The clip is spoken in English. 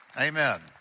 Amen